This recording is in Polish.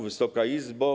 Wysoka Izbo!